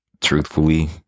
truthfully